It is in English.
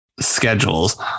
schedules